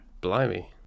blimey